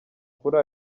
kuri